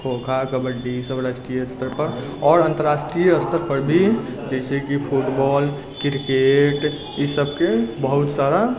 खोखो कबड्डी सब राष्ट्रीय स्तर पर और अंतर्राष्ट्रीय स्तर पर भी जैसेकि फुटबॉल क्रिकेट ई सबके बहुत सारा